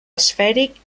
esfèric